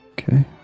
Okay